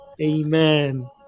Amen